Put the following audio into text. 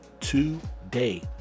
today